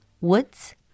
Woods